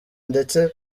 ndetse